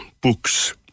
books